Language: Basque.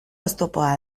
oztopoa